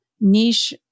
niche